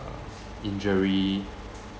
a injury